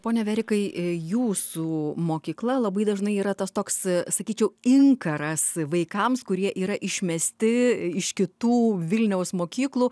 pone verikai jūsų mokykla labai dažnai yra tas toks sakyčiau inkaras vaikams kurie yra išmesti iš kitų vilniaus mokyklų